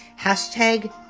hashtag